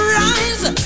rise